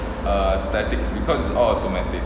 uh statics because is all automatic